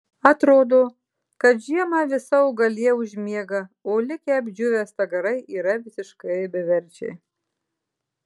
atrodo kad žiemą visa augalija užmiega o likę apdžiūvę stagarai yra visiškai beverčiai